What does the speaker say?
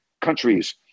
countries